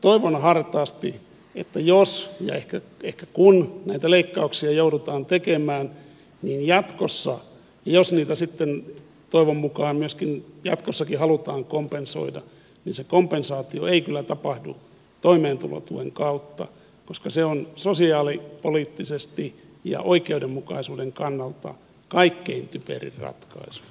toivon hartaasti että jos ja ehkä kun näitä leikkauksia joudutaan tekemään ja jos niitä sitten toivon mukaan myöskin jatkossa halutaan kompensoida se kompensaatio ei kyllä tapahdu toimeentulotuen kautta koska se on sosiaalipoliittisesti ja oikeudenmukaisuuden kannalta kaikkein typerin ratkaisu